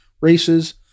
races